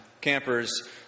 campers